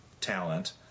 talent